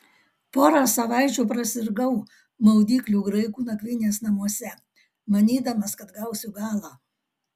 porą savaičių prasirgau maudyklių graikų nakvynės namuose manydamas kad gausiu galą